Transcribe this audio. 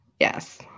yes